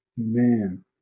Man